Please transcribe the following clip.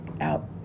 out